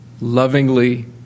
lovingly